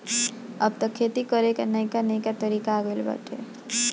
अब तअ खेती करे कअ नईका नईका तरीका आ गइल बाटे